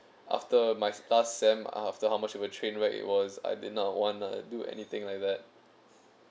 after my last sem after how much of a train wreck it was I did not wanna do anything like that